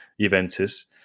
Juventus